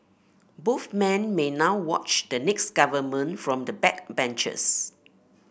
both men may now watch the next government from the backbenches